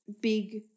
big